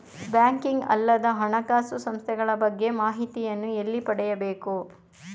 Banking ಅಲ್ಲದ ಹಣಕಾಸು ಸಂಸ್ಥೆಗಳ ಬಗ್ಗೆ ಮಾಹಿತಿಯನ್ನು ಎಲ್ಲಿ ಪಡೆಯಬೇಕು?